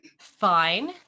fine